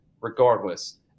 regardless